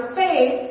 faith